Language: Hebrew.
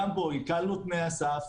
גם בו הקלנו את תנאי הסוף,